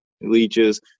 leeches